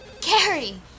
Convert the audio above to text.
Carrie